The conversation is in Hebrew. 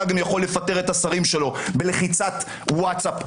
יכול לפטר את השרים שלו בלחיצת ווטסאפ בטלפון.